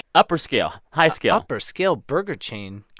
upper scale, high scale upper-scale burger chain?